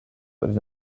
den